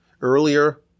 earlier